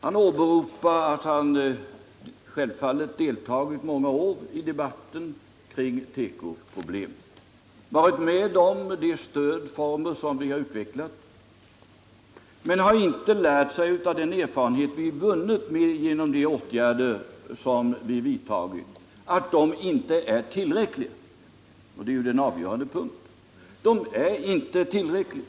Han åberopar att han deltagit många år i debatten kring tekoproblemen och att han har varit med om de stödformer som vi har utvecklat. Men han har inte lärt sig av den erfarenhet vi har vunnit, att de åtgärder som vidtagits inte är tillräckliga. Det är ju den avgörande punkten: De är inte tillräckliga.